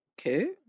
Okay